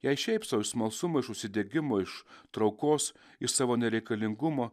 jei šiaip sau iš smalsumo iš užsidegimo iš traukos iš savo nereikalingumo